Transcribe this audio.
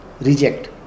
reject